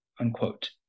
unquote